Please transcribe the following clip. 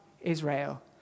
Israel